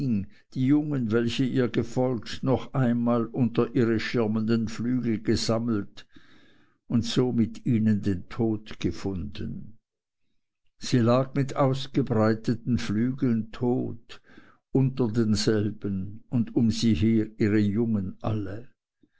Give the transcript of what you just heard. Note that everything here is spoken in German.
die jungen welche ihr gefolgt noch einmal unter ihre schirmenden flügel gesammelt und so mit ihnen den tod gefunden sie lag mit ausgebreiteten flügeln tot unter denselben und um sie her ihre jungen alle